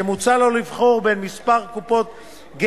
שמוצע לו לבחור בין כמה קופות גמל,